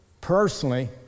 personally